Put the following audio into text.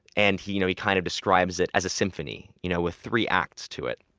and he you know he kind of describes it as a symphony you know with three acts to it,